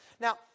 Now